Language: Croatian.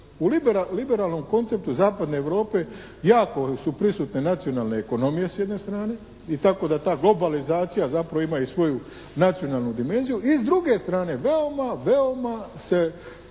U liberalnom konceptu Zapadne Europe jako su prisutne nacionalne ekonomije s jedne strane i tako da ta globalizacija zapravo ima i svoju nacionalnu dimenziju. I s druge strane veoma, veoma se